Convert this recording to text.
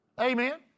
Amen